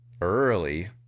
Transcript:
early